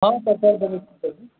हँ सर कर देबै